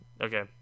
Okay